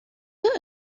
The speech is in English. were